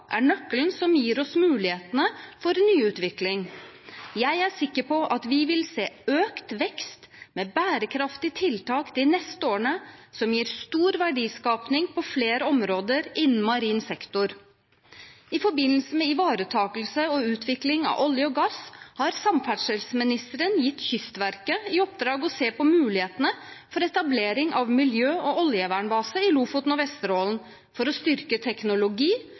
er nøkkelen som gir oss muligheten for nyutvikling. Jeg er sikker på at vi vil se økt vekst med bærekraftige tiltak de neste årene som gir stor verdiskaping på flere områder innen marin sektor. I forbindelse med ivaretakelse og utvikling av olje og gass har samferdselsministeren gitt Kystverket i oppdrag å se på mulighetene for etablering av miljø- og oljevernbase i Lofoten og Vesterålen for å styrke teknologi,